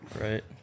Right